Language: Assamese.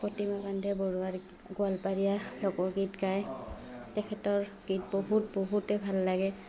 প্ৰতিমা পাণ্ডে বৰুৱাৰ গোৱালপাৰীয়া লোকগীত গায় তেখেতৰ গীত বহুত বহুতেই ভাল লাগে